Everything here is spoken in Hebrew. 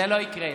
זה לא יקרה.